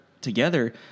together